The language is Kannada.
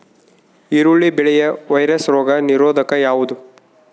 ಈರುಳ್ಳಿ ಬೆಳೆಯ ವೈರಸ್ ರೋಗ ನಿರೋಧಕ ಯಾವುದು?